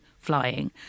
flying